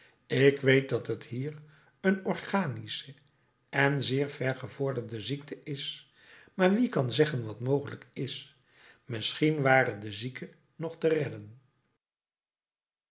ik weet dat t hier een organische en zeer vergevorderde ziekte is maar wie kan zeggen wat mogelijk is misschien ware de zieke nog te redden